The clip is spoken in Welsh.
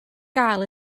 gael